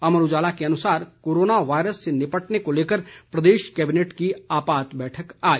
अमर उजाला के अनुसार corona virus से निपटने को लेकर प्रदेश कैबिनेट की आपात बैठक आज